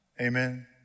Amen